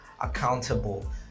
accountable